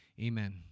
amen